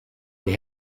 they